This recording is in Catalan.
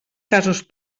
casos